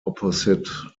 opposite